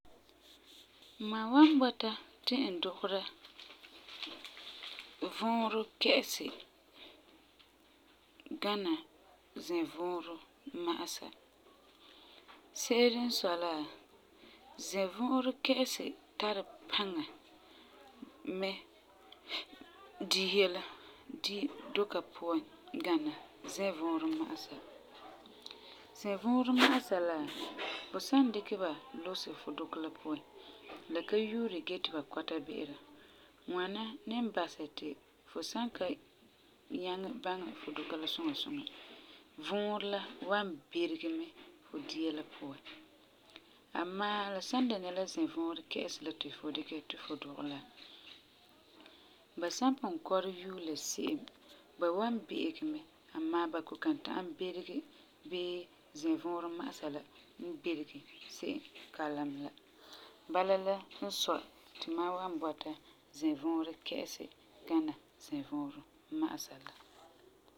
Mam wan bɔta ti n dugera vuurɔ kɛ'ɛsi gana zɛvuurɔ ma'asa. Se'ere n sɔi la, zɛvuurɔ kɛ'ɛsi tari paŋa mɛ dia la di duka puan gana zɛvuurɔ ma'asa. Zɛvuurɔ ma'asa la, fu san dikɛ ba lusɛ fu dukɔ la puan, la ka yuuri gee ti ba kɔta bi'ira. Ŋwana ni basɛ ti fu san ka nyaŋɛ baŋɛ fu duka la suŋa suŋa, vuurɔ la wan berege mɛ fu dia la. Amaa, la san dɛna la zɛvuurɔ kɛ'ɛsi la ti fu dikɛ yeti fu dugɛ la, bu san pugum kɔrɛ yue la se'em me, ba wan bi'igɛ mɛ amaa ba kɔ'ɔm kan ta'am berege bii zɛvuurɔ ma'asa la n berege se'em kalam la. Bala la n sɔi ti mam wan bɔta zɛvuurɔ kɛ'ɛsi gana zɛvuurɔ ma'asa la.